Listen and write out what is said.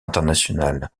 international